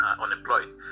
unemployed